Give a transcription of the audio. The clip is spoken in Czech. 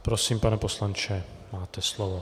Prosím, pane poslanče, máte slovo.